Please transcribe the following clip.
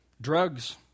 drugs